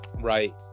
right